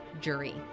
jury